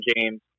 James